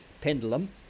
pendulum